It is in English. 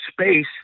space